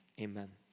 amen